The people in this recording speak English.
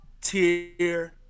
tier